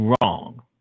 wrong